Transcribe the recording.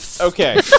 Okay